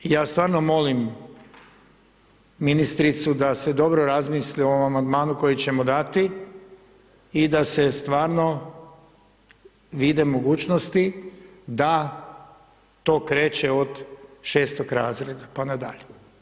Ja stvarno molim ministricu da se dobro razmisli o ovom amandmanu koji ćemo dati i da se stvarno vide mogućnosti da to kreće od 6. razreda pa nadalje.